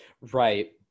Right